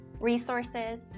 resources